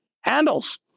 Handles